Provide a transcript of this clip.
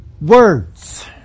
words